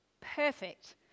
Perfect